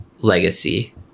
legacy